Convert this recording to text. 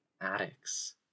addicts